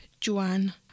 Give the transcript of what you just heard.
Joanne